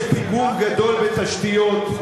יש פיגור גדול בתשתיות,